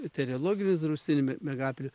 teriologinį draustinį m miegapelių